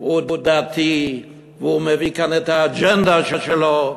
הוא דתי והוא מביא כאן את האג'נדה שלו,